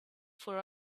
for